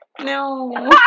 no